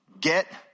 get